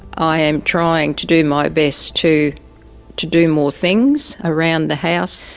i am trying to do my best to to do more things around the house,